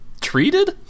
treated